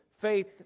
faith